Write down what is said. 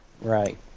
right